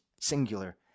singular